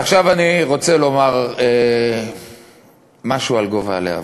ועכשיו אני רוצה לומר משהו על גובה הלהבות: